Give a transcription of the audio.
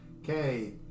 Okay